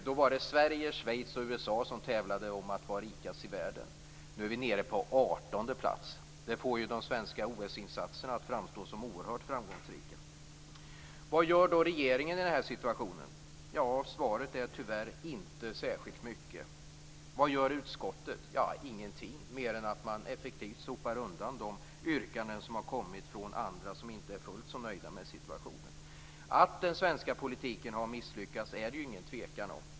Då var det Sverige, Schweiz och USA som tävlade om att vara rikast i världen. Nu är vi nere på 18:e plats. Det får ju de svenska OS-insatserna att framstå som oerhört framgångsrika. Vad gör då regeringen i den här situationen? Svaret är tyvärr: inte särskilt mycket. Vad gör utskottet? Ingenting mer än att man effektivt sopar undan de yrkanden som har kommit från andra som inte är fullt så nöjda med situationen. Att den svenska politiken har misslyckats råder det ju inga tvivel om.